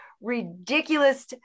ridiculous